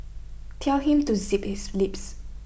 tell him to zip his lips